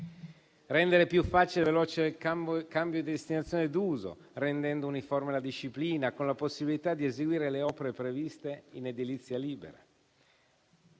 rende più facile e veloce il cambio di destinazione d'uso, rendendo uniforme la disciplina, con la possibilità di eseguire le opere previste in edilizia libera.